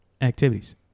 activities